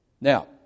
now